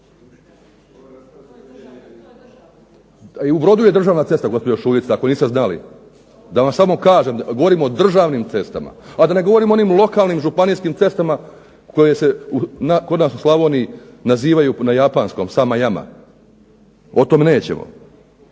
u Brodu je državna cesta, gospođu Šuica, ako niste znali. Da vam samo kažem, govorim o državnim cestama. A da ne govorim o onim lokalnim, županijskim cestama koje se kod nas u Slavoniji nazivaju na japanskom samajama, o tom nećemo.